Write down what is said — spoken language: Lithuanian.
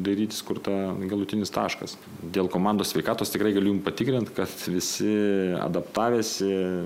dairytis kur ta galutinis taškas dėl komandos sveikatos tikrai galiu jum patikint kad visi adaptavęsi